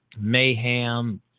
mayhem